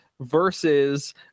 versus